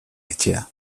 etxea